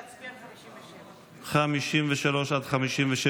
להצביע על 57. 53 56,